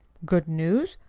good news?